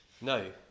No